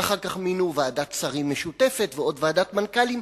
ואחר כך מינו ועדת שרים משותפת ועוד ועדת מנכ"לים.